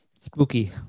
Spooky